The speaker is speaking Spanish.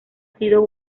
sido